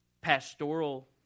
pastoral